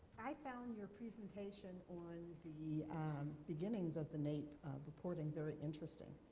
i found your presentation on the beginnings of the naep reporting very interesting.